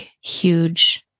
huge